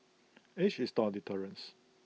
age is not A deterrence